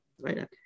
right